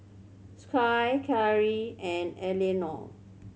Skye Karrie and Eleanore